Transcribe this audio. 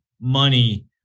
money